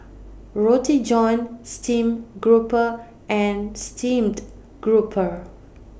Roti John Stream Grouper and Steamed Grouper